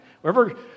Wherever